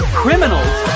criminals